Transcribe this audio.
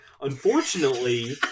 unfortunately